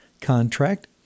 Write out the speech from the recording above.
contract